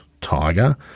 Tiger